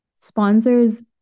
sponsors